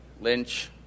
Lynch